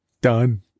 Done